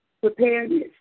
Preparedness